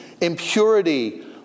impurity